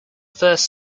first